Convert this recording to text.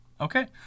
okay